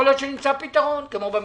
יכול להיות שנמצא פתרון כמו במשפחתונים.